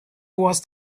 was